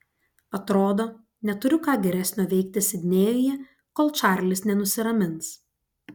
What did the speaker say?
atrodo neturiu ką geresnio veikti sidnėjuje kol čarlis nenusiramins